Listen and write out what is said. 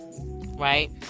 right